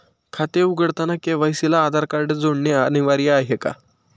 खाते उघडताना के.वाय.सी ला आधार कार्ड जोडणे अनिवार्य आहे का?